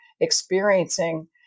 experiencing